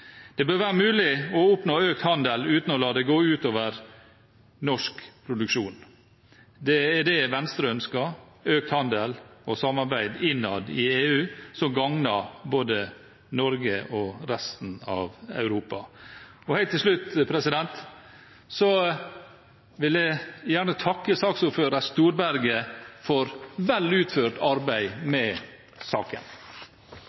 Det bør være mulig å oppnå økt handel uten å la det gå ut over norsk produksjon. Det er det Venstre ønsker: økt handel og samarbeid innad i EU, som gagner både Norge og resten av Europa. Helt til slutt vil jeg gjerne takke saksordfører Storberget for vel utført arbeid